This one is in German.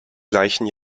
gleichen